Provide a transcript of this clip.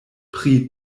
pri